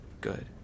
good